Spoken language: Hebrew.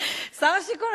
שר השיכון,